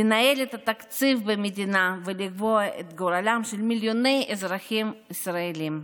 לנהל את התקציב במדינה ולקבוע את גורלם של מיליוני אזרחים ישראלים.